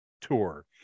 tour